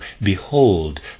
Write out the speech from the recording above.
behold